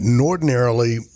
Ordinarily